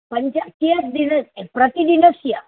पञ्च कियद् दिनस्य प्रतिदिनस्य